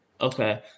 Okay